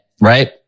right